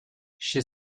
she